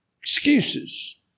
Excuses